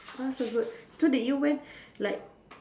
ah so good so did you went like